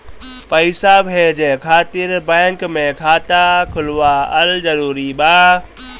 पईसा भेजे खातिर बैंक मे खाता खुलवाअल जरूरी बा?